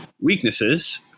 weaknesses